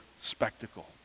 spectacle